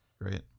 Great